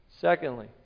Secondly